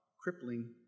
crippling